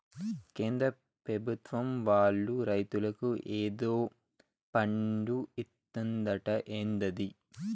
కేంద్ర పెభుత్వం వాళ్ళు రైతులకి ఏదో ఫండు ఇత్తందట ఏందది